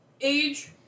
age